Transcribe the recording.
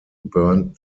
burned